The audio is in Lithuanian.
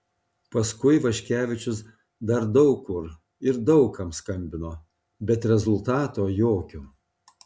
paskui vaškevičius dar daug kur ir daug kam skambino bet rezultato jokio